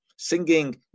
singing